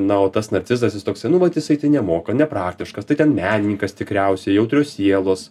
na o tas narcizas jis toksai nu vat jisai tai nemoka nepraktiškas tai ten menininkas tikriausiai jautrios sielos